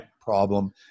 problem